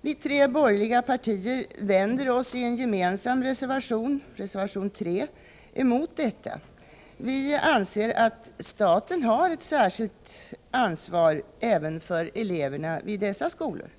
De tre borgerliga partierna vänder sig i en gemensam reservation, nr 3, mot detta. De anser att staten har ett särskilt ansvar även för eleverna vid dessa skolor.